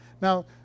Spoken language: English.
Now